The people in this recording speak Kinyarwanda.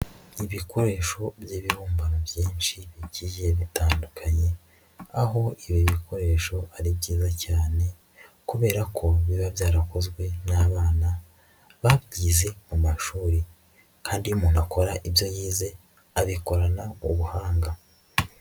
Ibikoresho by'ibihumbano byinshi bigiye bitandukanye aho ibi bikoresho ari byiza cyane kubera ko biba byarakozwe n'abana babyize mu mashuri, kandi umuntu akora ibyo yize abikorana ubuhanga.